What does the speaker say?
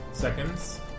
seconds